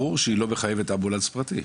ברור שהיא לא מחייבת אמבולנס פרטי.